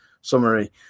summary